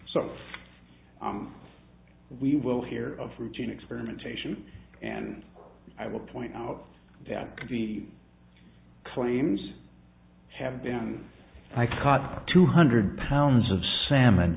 so we will hear of routine experimentation and i will point out that kitty claims have been i caught two hundred pounds of salmon